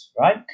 right